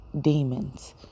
demons